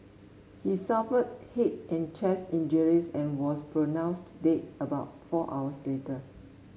he suffered head and chest injuries and was pronounced dead about four hours later